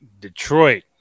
Detroit